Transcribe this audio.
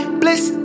bliss